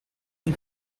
mon